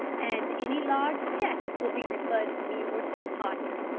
and any large cheque will be referred to me or to my partner.